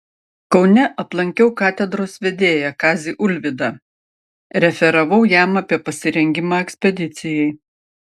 kaune aplankiau katedros vedėją kazį ulvydą referavau jam apie pasirengimą ekspedicijai